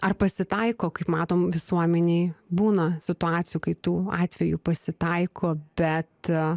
ar pasitaiko kaip matom visuomenėj būna situacijų kai tų atvejų pasitaiko bet a